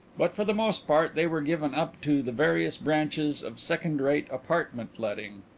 but for the most part they were given up to the various branches of second-rate apartment letting.